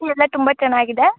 ಎಲ್ಲ ತುಂಬ ಚೆನ್ನಾಗಿದೆ